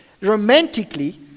romantically